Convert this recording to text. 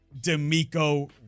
D'Amico